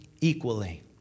equally